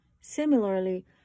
Similarly